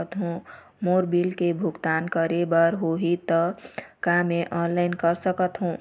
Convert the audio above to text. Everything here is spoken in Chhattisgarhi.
मोर बिल के भुगतान करे बर होही ता का मैं ऑनलाइन कर सकथों?